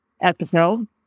episode